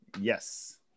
Yes